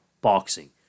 Boxing